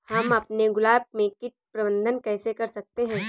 हम अपने गुलाब में कीट प्रबंधन कैसे कर सकते है?